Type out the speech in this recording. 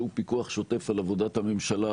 שהוא פיקוח שוטף על עבודת הממשלה,